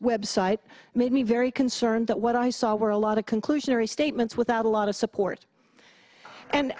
website made me very concerned that what i saw were a lot of conclusionary statements without a lot of support and